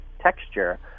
texture